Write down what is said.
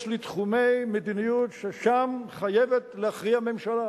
לתחומי מדיניות ששם חייבת להכריע ממשלה.